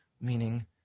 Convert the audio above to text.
meaning